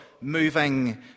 moving